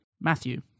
matthew